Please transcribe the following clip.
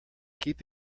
keep